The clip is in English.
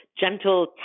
gentle